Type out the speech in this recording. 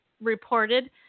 reported